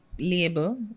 label